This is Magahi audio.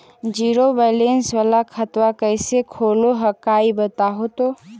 जीरो बैलेंस वाला खतवा कैसे खुलो हकाई बताहो तो?